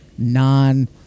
Non